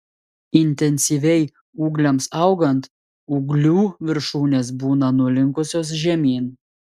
intensyviai ūgliams augant ūglių viršūnės būna nulinkusios žemyn